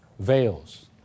Veils